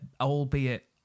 albeit